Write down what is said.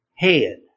head